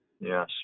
Yes